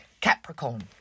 Capricorn